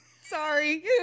Sorry